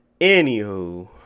Anywho